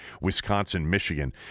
Wisconsin-Michigan